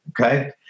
okay